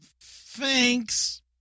thanks